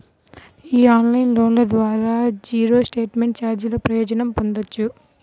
ఈ ఆన్లైన్ లోన్ల ద్వారా జీరో స్టేట్మెంట్ ఛార్జీల ప్రయోజనం పొందొచ్చు